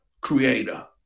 creator